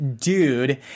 Dude